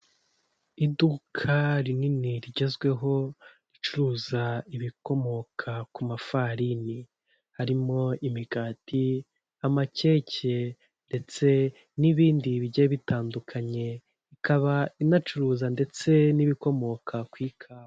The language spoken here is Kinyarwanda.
Iduka rinini rigezweho, ricuruza ibikomoka ku mafarini, harimo imigati, amakeke ndetse n'ibindi bigiye bitandukanye. Ikaba inacuruza ndetse n'ibikomoka ku ikawa.